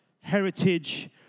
heritage